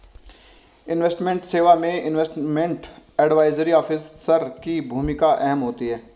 investment सेवा में investment advisory officer की भूमिका अहम होती है